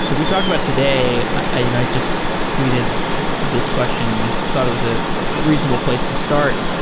so if we talk about today i just tweeted this question. you thought it was a reasonable place to start.